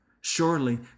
Surely